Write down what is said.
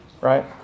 Right